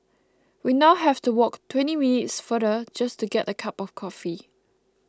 we now have to walk twenty minutes farther just to get a cup of coffee